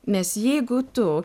nes jeigu tu